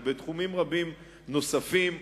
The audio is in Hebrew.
ובתחומים רבים נוספים,